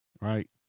right